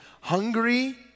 hungry